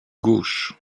gauche